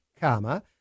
comma